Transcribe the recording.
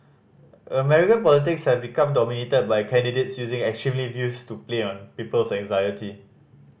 American politics have become dominated by candidates using extremist views to play on people's anxiety